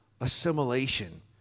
assimilation